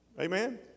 Amen